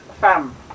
Fam